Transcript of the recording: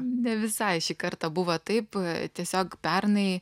ne visai šį kartą buvo taip tiesiog pernai